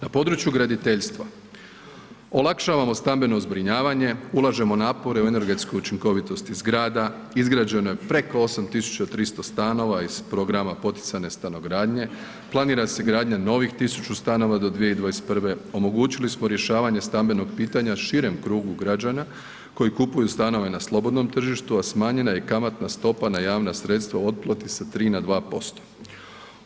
Na području graditeljstva, olakšavamo stambeno zbrinjavanje, ulažemo napore u energetsku učinkovitost zgrada, izgrađeno je preko 8300 stanova iz programa poticajne stanogradnje, planira se gradnja novih 1000 stanova do 2021., omogućili smo rješavanje stambenog pitanja širem krugu građana koji kupuju stanove na slobodnom tržištu, a smanjena je i kamatna stopa na javna sredstva u otplati sa 2 na 3%